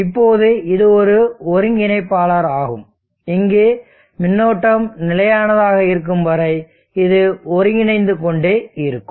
இப்போது இது ஒரு ஒருங்கிணைப்பாளராகும் இங்கு மின்னோட்டம் நிலையானதாக இருக்கும் வரை இது ஒருங்கிணைந்து கொண்டே இருக்கும்